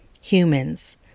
Humans